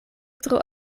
tro